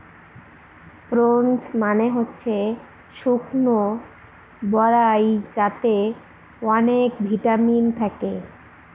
prunes মানে হচ্ছে শুকনো বরাই যাতে অনেক ভিটামিন থাকে